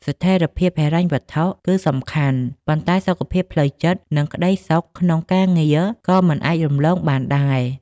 ស្ថិរភាពហិរញ្ញវត្ថុគឺសំខាន់ ប៉ុន្តែសុខភាពផ្លូវចិត្ត និងក្តីសុខក្នុងការងារក៏មិនអាចរំលងបានដែរ។